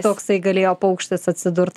toks galėjo paukštis atsidurt